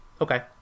Okay